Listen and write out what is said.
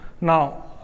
Now